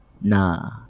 nah